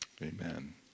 Amen